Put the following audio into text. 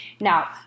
Now